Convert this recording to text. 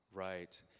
Right